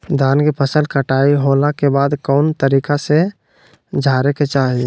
धान के फसल कटाई होला के बाद कौन तरीका से झारे के चाहि?